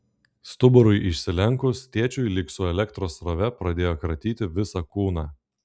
stuburui išsilenkus tėčiui lyg su elektros srove pradėjo kratyti visą kūną